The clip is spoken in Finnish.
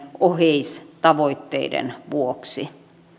oheistavoitteiden vuoksi